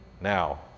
now